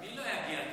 מי לא יגיע למילואים?